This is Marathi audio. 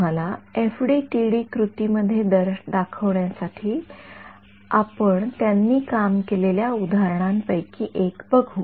तुम्हाला एफडीटीडी कृतीमध्ये दर्शविण्यासाठी आपण त्यांनी काम केलेल्या उदाहरणांपैकी एक बघू